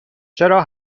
چرا